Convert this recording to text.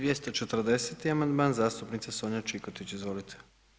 240. amandman, zastupnica Sonja Čikotić, izvolite.